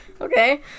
okay